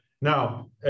now